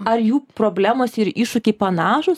ar jų problemos ir iššūkiai panašūs